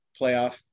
playoff